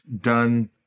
done